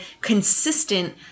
consistent